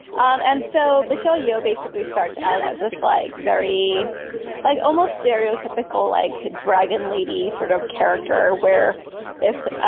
um and so michelle yeoh basically starts out as this like very like almost stereotypical like dragon lady sort of character where if ah